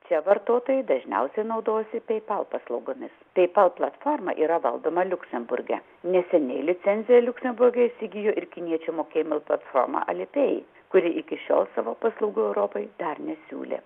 čia vartotojai dažniausiai naudosi paypal paslaugomis paypal platforma yra valdoma liuksemburge neseniai licenciją liuksemburge įsigijo ir kiniečių mokėjimų platforma alipay kuri iki šiol savo paslaugų europai dar nesiūlė